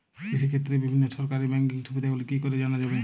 কৃষিক্ষেত্রে বিভিন্ন সরকারি ব্যকিং সুবিধাগুলি কি করে জানা যাবে?